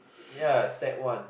ya set one